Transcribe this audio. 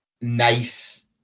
nice